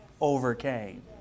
overcame